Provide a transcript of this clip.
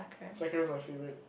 sa cram is my favourite